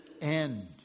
end